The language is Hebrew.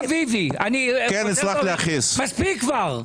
גב' אביבי, מספיק כבר.